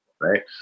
right